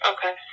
Okay